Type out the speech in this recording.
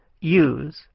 use